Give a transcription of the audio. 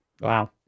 Wow